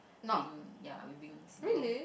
being ya being single